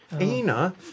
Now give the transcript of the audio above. Ina